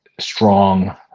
strong